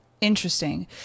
Interesting